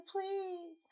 please